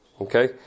Okay